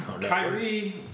Kyrie